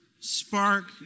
spark